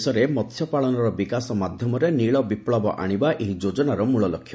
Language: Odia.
ଦେଶରେ ମହ୍ୟ ପାଳନର ବିକାଶ ମାଧ୍ୟମରେ ନୀଳ ବିପ୍ଲବ ଆଣିବା ଏହି ଯୋଜନାର ମୂଳଲକ୍ଷ୍ୟ